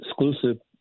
exclusive